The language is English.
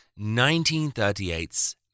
1938's